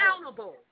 accountable